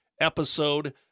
episode